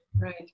Right